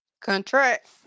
contract